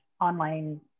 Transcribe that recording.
online